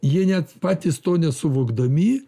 jie net patys to nesuvokdami